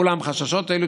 אולם חששות אלו,